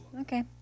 okay